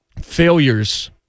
failures